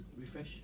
Refresh